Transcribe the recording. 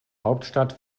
hauptstadt